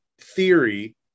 theory